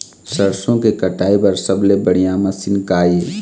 सरसों के कटाई बर सबले बढ़िया मशीन का ये?